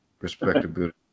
respectability